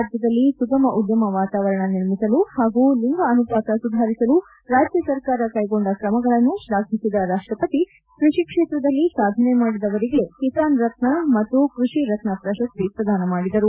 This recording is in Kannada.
ರಾಜ್ವದಲ್ಲಿ ಸುಗಮ ಉದ್ದಮ ವಾತಾವರಣ ನಿರ್ಮಿಸಲು ಹಾಗೂ ಲಿಂಗ ಅನುಪಾತ ಸುಧಾರಿಸಲು ರಾಜ್ಯ ಸರ್ಕಾರ ಕೈಗೊಂಡ ಕ್ರಮಗಳನ್ನು ಶ್ಲಾಘಿಸಿದ ರಾಷ್ಟಪತಿ ಕೃಷಿ ಕ್ಷೇತ್ರದಲ್ಲಿ ಸಾಧನೆ ಮಾಡಿದವರಿಗೆ ಕಿಸಾನ್ ರತ್ನ ಮತ್ತು ಕೃಷಿ ರತ್ನ ಪ್ರಶಸ್ತಿ ಪ್ರದಾನ ಮಾಡಿದರು